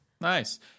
Nice